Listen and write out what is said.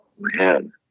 man